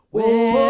well,